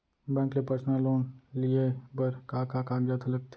Bank ले personal loan लेये बर का का कागजात ह लगथे?